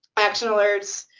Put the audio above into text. action alerts,